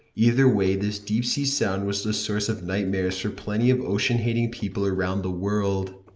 either way, this deep sea sound was the source of nightmares for plenty of ocean-hating people around the world.